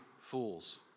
fools